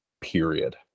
period